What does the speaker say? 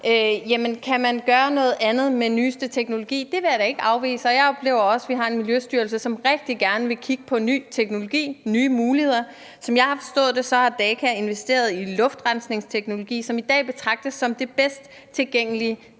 kan man gøre noget andet med nyeste teknologi? Det vil jeg da ikke afvise, og jeg oplever også, at vi har en Miljøstyrelse, som rigtig gerne vil kigge på ny teknologi og nye muligheder. Som jeg har forstået det, har Daka investeret i luftrensningsteknologi, som i dag betragtes som den bedste tilgængelige